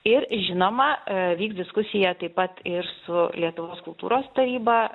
ir žinoma vyks diskusija taip pat ir su lietuvos kultūros taryba